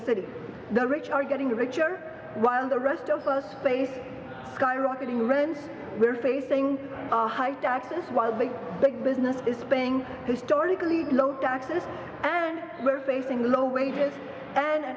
city the rich are getting richer while the rest of us face skyrocketing rents we're facing high taxes while the big business is spending historically low taxes and we're facing low wages and